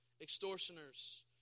extortioners